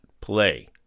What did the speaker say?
play